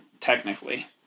technically